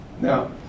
Now